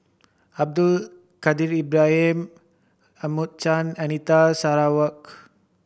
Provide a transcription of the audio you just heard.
Abdul Kadir Ibrahim Edmund Chen Anita Sarawak